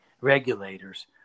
regulators